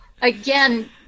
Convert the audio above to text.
again